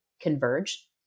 converge